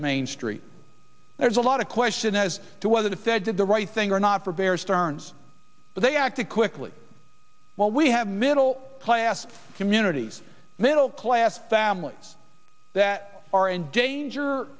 main street there's a lot of question as to whether the fed did the right thing or not for bear stearns but they acted quickly while we have middle class communities middle class families that are in danger